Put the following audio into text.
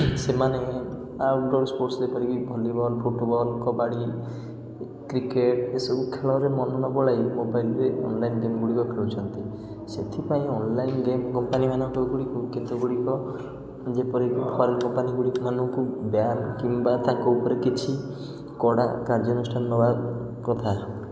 ସେମାନେ outdoor sports ଯେପରିକି volleyball football kabaddi cricket ଏସବୁ ଖେଳରେ ମନ ନ ବଳାଇ ମୋବାଇଲ୍ରେ ଅନଲାଇନ୍ ଗେମ୍ଗୁଡ଼ିକ ଖେଳୁଛନ୍ତି ସେଥିପାଇଁ ଅନଲାଇନ୍ ଗେମ୍ କମ୍ପାନୀ ମାନ ଗୁଡ଼ିକୁ କେତେ ଗୁଡ଼ିକ ଯେପରିକି କମ୍ପାନୀଗୁଡ଼ିକ ମାନଙ୍କୁ ବ୍ୟାନ୍ କିମ୍ବା ତାଙ୍କ ଉପରେ କିଛି କଡ଼ା କାର୍ଯ୍ୟାନୁଷ୍ଠାନ ନେବା କଥା